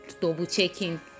double-checking